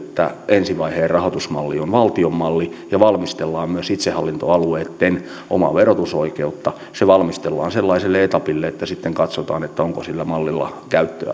ensi vaiheen rahoitusmalli on valtion malli ja valmistellaan myös itsehallintoalueitten omaa verotusoikeutta se valmistellaan sellaiselle etapille että sitten katsotaan onko sillä mallilla käyttöä